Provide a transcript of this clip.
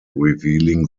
revealing